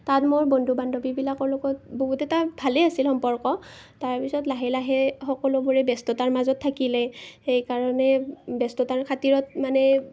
তাত মোৰ বন্ধু বান্ধৱীবিলাকৰ লগত বহুত এটা ভালেই আছিল সম্পৰ্ক তাৰপিছত লাহে লাহে সকলোবোৰে ব্যস্ততাত থাকিলে সেইকাৰণে ব্যস্ততাৰ খাতিৰত মানে